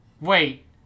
Wait